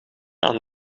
aan